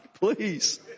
please